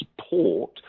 support